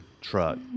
truck